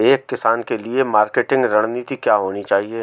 एक किसान के लिए मार्केटिंग रणनीति क्या होनी चाहिए?